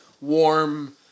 warm